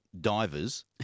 divers